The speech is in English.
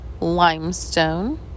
limestone